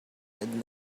had